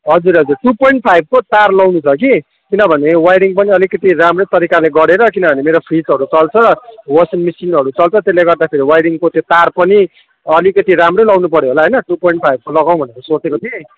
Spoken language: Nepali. हजुर हजुर टु पोइन्ट फाइभको तार लगाउनु छ कि किनभने वाइरिङ पनि अलिकति राम्रै तरिकाले गरेर किनभने मेरो फ्रिजहरू चल्छ वासिङ मिसिङहरू चल्छ त्यसले गर्दाखेरि वाइरिङको त्यो तार पनि अलिकति राम्रै लगाउनुपऱ्यो होला होइन टु पोइन्ट फाइभको लगाउँ भनेर सोचेको थिएँ